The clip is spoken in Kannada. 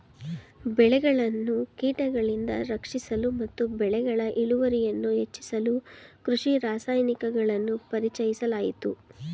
ಬೆಳೆಗಳನ್ನು ಕೀಟಗಳಿಂದ ರಕ್ಷಿಸಲು ಮತ್ತು ಬೆಳೆಗಳ ಇಳುವರಿಯನ್ನು ಹೆಚ್ಚಿಸಲು ಕೃಷಿ ರಾಸಾಯನಿಕಗಳನ್ನು ಪರಿಚಯಿಸಲಾಯಿತು